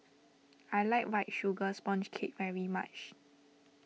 I like White Sugar Sponge Cake very much